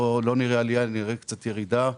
נראה קצת ירידה.